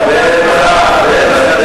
בטח, בטח, בטח.